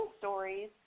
stories